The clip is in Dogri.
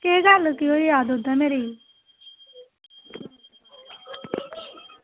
केह् गल्ल केह् होया दुद्धा मेरे ई